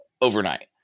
overnight